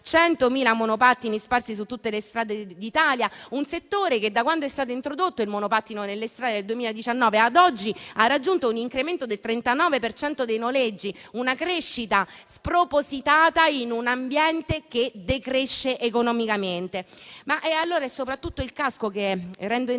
100.000 monopattini sparsi su tutte le strade d'Italia; un settore che, da quando è stato introdotto il monopattino nelle strade, dal 2019 ad oggi, ha raggiunto un incremento del 39 per cento dei noleggi: una crescita spropositata in un ambiente che decresce economicamente. È soprattutto il casco, rendendolo